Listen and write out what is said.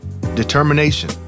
determination